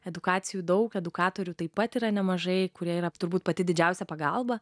edukacijų daug edukatorių taip pat yra nemažai kurie yra turbūt pati didžiausia pagalba